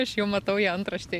aš jau matau ją antraštėj